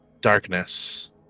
Darkness